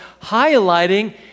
highlighting